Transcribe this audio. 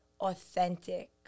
authentic